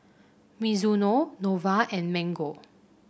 Mizuno Nova and Mango